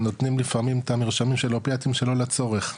נותנים לפעמים את המרשמים של האופיאטים שלא לצורך,